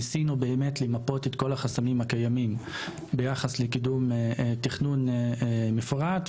ניסינו למפות את כל החסמים הקיימים ביחס לקידום תכנון מפורט,